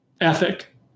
ethic